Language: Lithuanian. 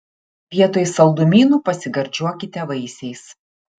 vietoj saldumynų pasigardžiuokite vaisiais